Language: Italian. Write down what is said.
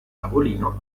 tavolino